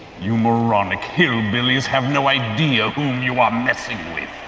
you moronic hillbillies have no idea whom you are messing with.